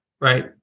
right